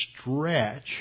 stretch